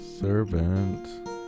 Servant